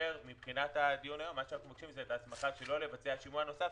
מבחינת הדיון היום אנחנו מבקשים את ההסמכה שלא לבצע שימוע נוסף,